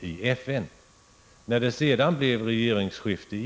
Inte heller den nuvarande regeringen har sedan regeringsskiftet